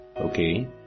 Okay